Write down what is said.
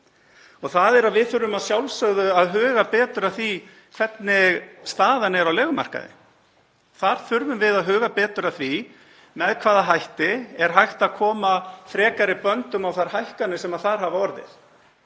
þ.e. að við þurfum að sjálfsögðu að huga betur að því hvernig staðan er á leigumarkaði. Þar þurfum við að huga betur að því með hvaða hætti er hægt að koma frekari böndum á þær hækkanir sem þar hafa orðið,